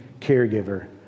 caregiver